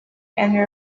and